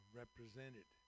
represented